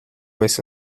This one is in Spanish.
vez